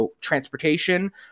transportation